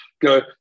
go